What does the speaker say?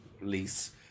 lease